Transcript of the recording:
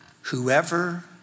Whoever